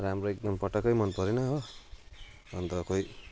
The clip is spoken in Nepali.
राम्रो एकदम पटक्कै मन परेन हो अनि त खोइ